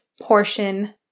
portion